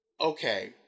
Okay